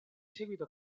seguito